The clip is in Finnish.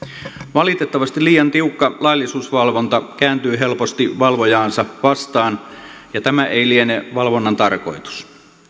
valitettavasti liian tiukka laillisuusvalvonta kääntyy helposti valvojaansa vastaan ja tämä ei liene valvonnan tarkoitus